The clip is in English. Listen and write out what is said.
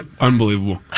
Unbelievable